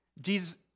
Jesus